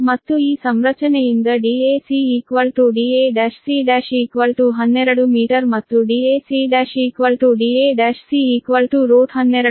ಮತ್ತು ಈ ಸಂರಚನೆಯಿಂದ dac da1c1 12 ಮೀಟರ್ ಮತ್ತು dac1 da1c 1220